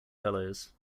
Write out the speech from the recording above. fellows